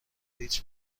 هیچ